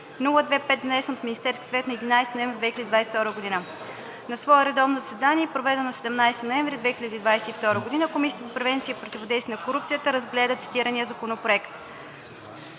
внесен от Министерския съвет на 11 ноември 2022 г. На свое редовно заседание, проведено на 17 ноември 2022 г., Комисията по превенция и противодействие на корупцията разгледа цитирания законопроект.